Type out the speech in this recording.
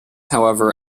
however